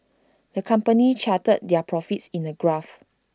the company charted their profits in A graph